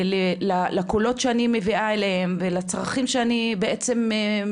לקולות שאני מביאה אליהם ולצרכים שאני מביאה